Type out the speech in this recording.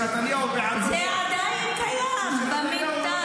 ונתניהו בעדו --- זה עדיין קיים במנטליות.